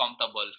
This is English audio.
comfortable